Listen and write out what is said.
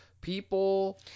People